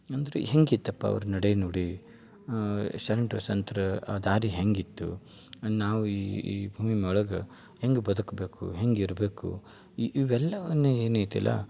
ಅಂದರೆ ಹೀಗಿತ್ತಪ್ಪ ಅವ್ರ ನೆಡೆ ನುಡಿ ಶರಣ್ರು ಸಂತ್ರು ಆ ದಾರಿ ಹೇಗಿತ್ತು ನಾವು ಈ ಈ ಭೂಮಿ ಒಳಗೆ ಹೆಂಗೆ ಬದುಕಬೇಕು ಹೇಗಿರ್ಬೇಕು ಇವೆಲ್ಲವನ್ನು ಏನಿದ್ಯಲ್ಲಾ